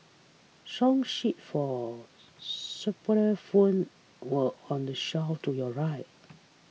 song sheets for xylophones were on the shelf to your right